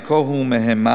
המקור הוא מהימן,